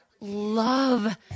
Love